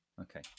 Okay